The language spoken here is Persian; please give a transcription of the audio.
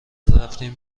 رفتیم